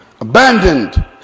abandoned